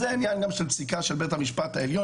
זה עניין גם של פסיקה של בית המשפט העליון.